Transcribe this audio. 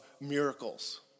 miracles